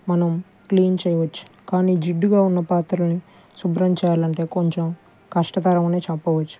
మనం క్లీన్ చేయవచ్చు కానీ జిడ్డుగా ఉన్న పాత్రలని శుభ్రం చేయాలి అంటే కొంచెం కష్టతరం అనే చెప్పవచ్చు